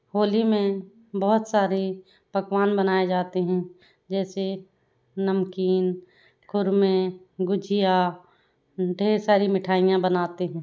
होली में बहुत सारे पकवान बनाए जाते हैं जैसे नमकीन खुरमें गुजिया ढ़ेर सारी मिठाईयाँ बनाते हैं